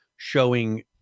showing